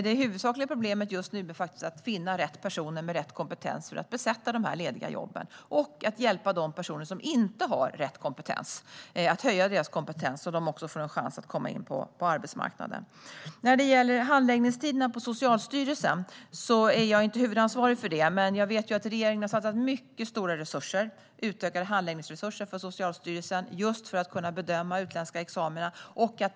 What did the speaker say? Det huvudsakliga problemet just nu är att finna rätt personer med rätt kompetens för att kunna besätta de lediga jobben och att hjälpa de personer som inte har rätt kompetens att höja sin kompetens så att de också får en chans att komma in på arbetsmarknaden. När det gäller handläggningstiderna på Socialstyrelsen är inte jag huvudansvarig, men jag vet att regeringen har satsat mycket stora resurser - utökade handläggningsresurser - på Socialstyrelsen just för att man ska kunna bedöma utländska examina.